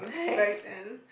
back then